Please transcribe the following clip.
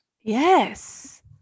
Yes